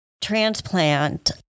transplant